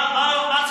בוא נדבר על החדית',